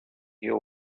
you